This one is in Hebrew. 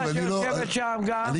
שיושבת שם גם שיכולה בדקה אחת.